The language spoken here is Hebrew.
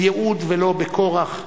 בייעוד ולא בכורח,